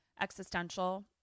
existential